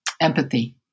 empathy